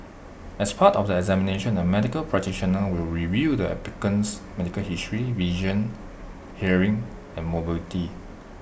as part of the examination A medical practitioner will review the applicant's medical history vision hearing and mobility